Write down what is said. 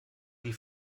die